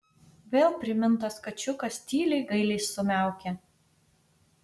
vėl primintas kačiukas tyliai gailiai sumiaukė